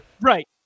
Right